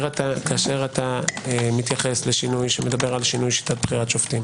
כשאתה מתייחס לשינוי שמתייחס לשינוי שיטת בחירת שופטים